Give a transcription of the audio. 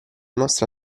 nostra